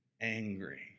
angry